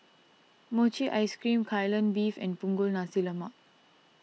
Mochi Ice Cream Kai Lan Beef and Punggol Nasi Lemak